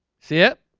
see it